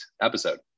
episode